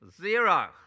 Zero